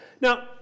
Now